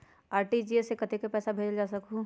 RTGS से कतेक पैसा भेजल जा सकहु???